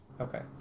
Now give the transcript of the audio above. Okay